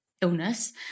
illness